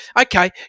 okay